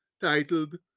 titled